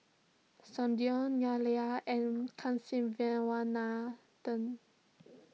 Sudhir Neila and Kasiviswanathan